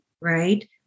right